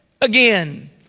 again